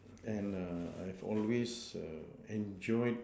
and err I've always err enjoyed